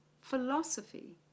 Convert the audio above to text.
philosophy